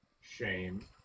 shame